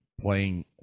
playing